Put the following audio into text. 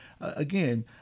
again